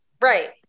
right